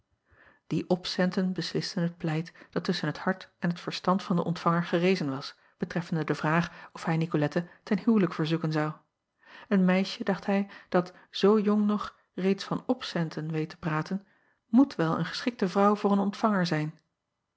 ie opcenten beslisten het pleit dat tusschen het hart en het verstand van den ontvanger gerezen was betreffende de vraag of hij icolette ten huwelijk verzoeken zou en meisje dacht hij dat zoo jong nog reeds van opcenten weet te praten moet wel een geschikte vrouw voor een ontvanger zijn